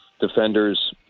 defenders